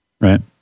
Right